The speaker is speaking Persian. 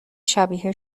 شبیه